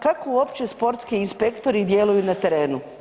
Kako uopće sportski inspektori djeluju na terenu?